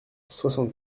soixante